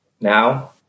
now